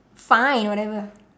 fine whatever